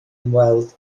ymweld